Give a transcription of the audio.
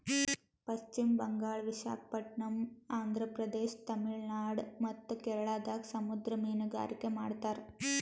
ಪಶ್ಚಿಮ್ ಬಂಗಾಳ್, ವಿಶಾಖಪಟ್ಟಣಮ್, ಆಂಧ್ರ ಪ್ರದೇಶ, ತಮಿಳುನಾಡ್ ಮತ್ತ್ ಕೇರಳದಾಗ್ ಸಮುದ್ರ ಮೀನ್ಗಾರಿಕೆ ಮಾಡ್ತಾರ